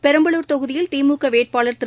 பெரம்பலூர் தொகுதியில் திமுக வேட்பாளர் திரு